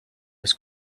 his